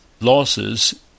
losses